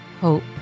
hope